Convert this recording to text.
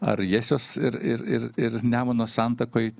ar jiesios ir ir ir nemuno santakoj